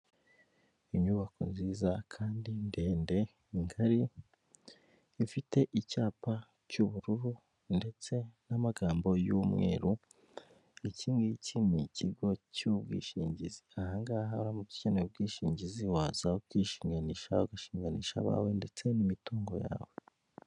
Inyubako nziza kandi ndende ngari ifite icyapa cy'ubururu ndetse n'amagambo y'umweru, ikingiki ni ikigo cy'ubwishingizi ahangaha uramutse ukeneye ubwishingizi waza ukishinganisha, ugashinganisha abawe ndetse n'imitungo yawe.